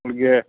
உங்களுக்கு